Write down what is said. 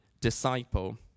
disciple